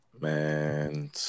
Man